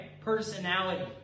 personality